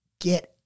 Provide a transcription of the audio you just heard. get